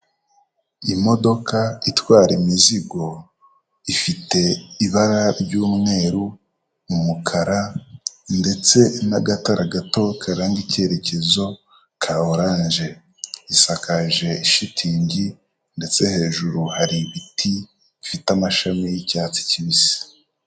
Imodoka itwara imizigo, ifite ibara ry'umweru umukara ndetse n'agatara gato karanga icyerekezo cya orange, isakaje ishitingi ndetse hejuru hari ibiti bifite amashami y'icyatsi kibisi.